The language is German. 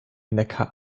neckar